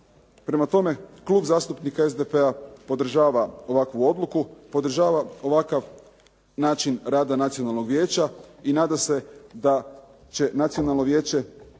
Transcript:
Prema tome, Klub zastupnika SDP-a podržava ovakvu odluku, podržava ovakav način rada Nacionalnog vijeća i nadam se da će Nacionalno vijeće